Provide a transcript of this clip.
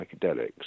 psychedelics